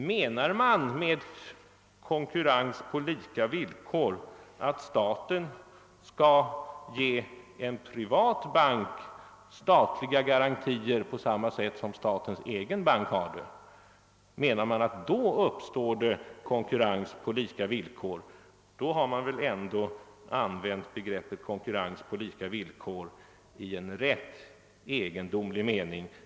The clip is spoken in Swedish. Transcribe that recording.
Menar man att det uppstår konkurrens på lika villkor först om staten skall lämna en privat bank statliga garantier på samma sätt som statens egen Det gjorde jag i bank, använder man väl ändå begreppet »på lika villkor» i en rätt egendomlig mening.